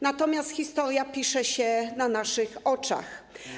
Natomiast historia pisze się na naszych oczach.